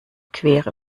queere